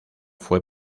fue